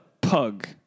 Pug